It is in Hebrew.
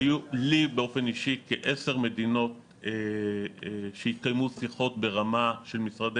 היו לי באופן אישי כעשר מדינות שהתקיימו שיחות ברמה של משרדי